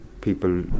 people